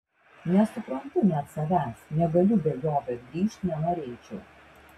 nesuprantu net savęs negaliu be jo bet grįžt nenorėčiau